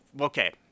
okay